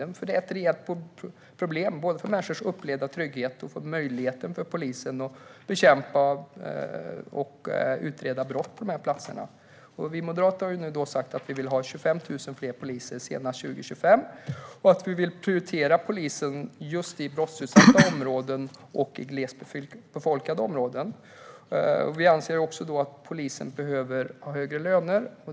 De här bristerna är ett reellt problem, både för människors upplevda trygghet och för polisens möjlighet att bekämpa och utreda brott på dessa platser. Vi moderater har sagt att vi vill ha 25 000 poliser senast 2025 och att vi vill prioritera polisen i brottsutsatta områden och i glesbefolkade områden. Vi anser också att polisen behöver ha högre löner.